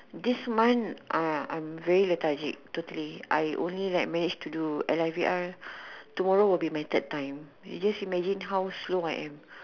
this month uh I'm very lethargic totally I only managed to do tomorrow will be my third time you just imagine how slow I am